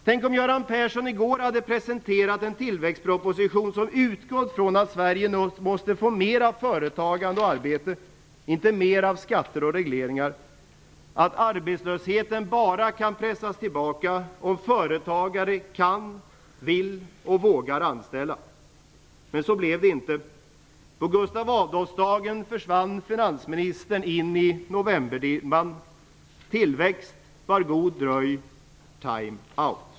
Tänk om Göran Persson i går hade presenterat en tillväxtproposition som utgått från att Sverige nu måste få mer av företagande och arbete, inte mer av skatter och regleringar, och att arbetslösheten bara kan pressas tillbaka om företagare kan, vill och vågar anställa. Men så blev det inte. På Gustav Adolfsdagen försvann finansministern in i novemberdimman. Tillväxt, var god dröj. Time out.